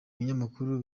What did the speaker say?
binyamakuru